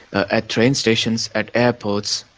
ah at train stations, at airports,